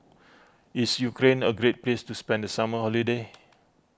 is Ukraine a great place to spend the summer holiday